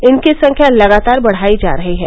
इनकी संख्या लगातार बढ़ाई जा रही है